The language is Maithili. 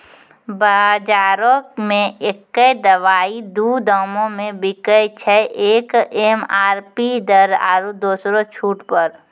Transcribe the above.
बजारो मे एक्कै दवाइ दू दामो मे बिकैय छै, एक एम.आर.पी दर आरु दोसरो छूट पर